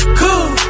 cool